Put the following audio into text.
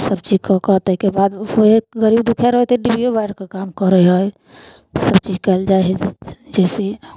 सबचीज कऽ कऽ आ ताहिके बाद होइ है गरीब दुःखिया रहतै डिबियो बाइर कऽ काम करै है सबचीज काएल है जैसे